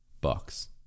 Bucks